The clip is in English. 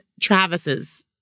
Travis's